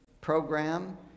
Program